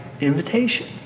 invitation